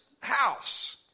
house